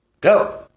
Go